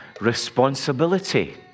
responsibility